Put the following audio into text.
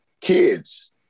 kids